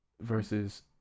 versus